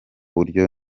buryo